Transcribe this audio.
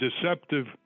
deceptive